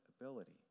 ability